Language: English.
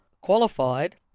qualified